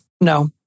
No